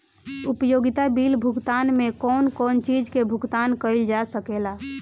उपयोगिता बिल भुगतान में कौन कौन चीज के भुगतान कइल जा सके ला?